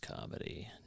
comedy